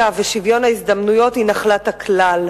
ושוויון ההזדמנויות הם נחלת הכלל.